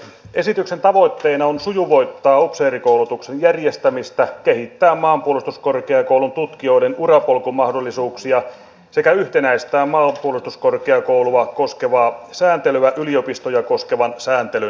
esityksen tavoitteena on sujuvoittaa upseerikoulutuksen järjestämistä kehittää maanpuolustuskorkeakoulun tutkijoiden urapolkumahdollisuuksia sekä yhtenäistää maanpuolustuskorkeakoulua koskevaa sääntelyä yliopistoja koskevan sääntelyn kanssa